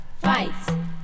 fight